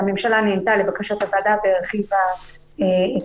והממשלה נענתה לבקשת הוועדה והרחיבה את